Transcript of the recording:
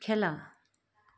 খেলা